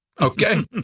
Okay